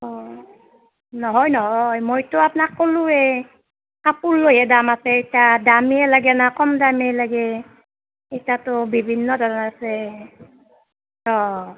অঁ নহয় নহয় মইতো আপোনাক ক'লোৱেই কাপোৰ লৈহে দাম আছে ইতা দামীয়ে লাগে না কম দামীয়ে লাগে ইতিয়াতো বিভিন্ন ধৰণৰ আছে অঁ